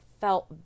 felt